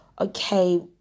okay